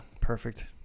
Perfect